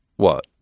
what?